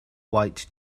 white